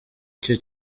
iki